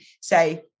say